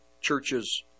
churches